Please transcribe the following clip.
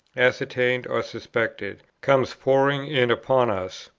ascertained or suspected, comes pouring in upon us,